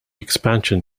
expansion